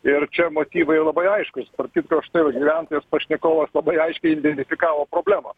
ir čia motyvai labai aiškūs tarp kitko štai ir gyventojas pašnekovas labai aiškiai identifikavo problemą